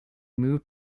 moved